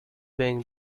being